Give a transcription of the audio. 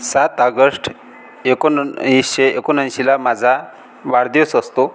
सात आगस्ट एकोण ण एशे एकोणऐंशीला माझा वाढदिवस असतो